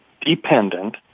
dependent